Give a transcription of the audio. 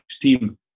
team